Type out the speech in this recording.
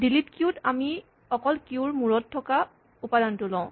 delete queue ত আমি অকল কিউৰ মূৰত থকা উপাদানটো লওঁ